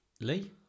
Lee